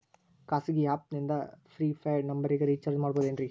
ಖಾಸಗಿ ಆ್ಯಪ್ ನಿಂದ prepaid ನಂಬರಿಗ ರೇಚಾರ್ಜ್ ಮಾಡಬಹುದೇನ್ರಿ?